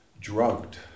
drugged